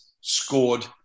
scored